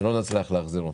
שלא נצליח להחזיר אותו,